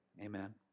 Amen